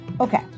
Okay